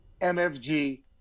MFG